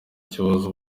kibazo